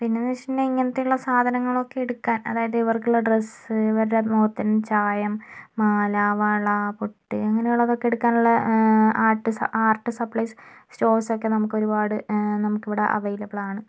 പിന്നെന്നു വെച്ചിട്ടുണ്ടെങ്കിൽ ഇങ്ങനത്തെയുള്ള സാധനങ്ങളൊക്കെ എടുക്കാൻ അതായത് ഇവർക്കുള്ള ഡ്രസ്സ് ഇവരുടെ മുഖത്തിന് ചായം മാല വള പൊട്ട് അങ്ങനെയുള്ളതൊക്കെ എടുക്കാനുള്ള ആർട്ട് ആർട്ട് സപ്ലൈസ് സ്റ്റോർസൊക്കെ നമുക്ക് ഒരുപാട് നമുക്ക് ഇവിടെ അവൈലബിൾ ആണ്